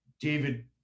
David